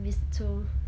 miss too